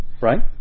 right